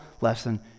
lesson